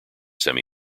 semi